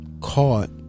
Caught